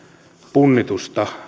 punnitusta